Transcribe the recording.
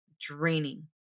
draining